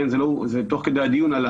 זה תוך כדי דיון,